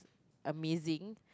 amazing